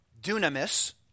dunamis